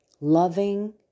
loving